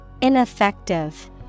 Ineffective